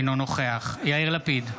אינו נוכח יאיר לפיד,